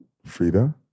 Frida